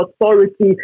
authority